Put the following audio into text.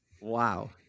Wow